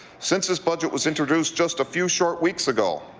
since this budget was introduced just a few short weeks ago,